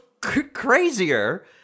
crazier